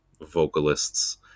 vocalists